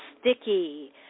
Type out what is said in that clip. Sticky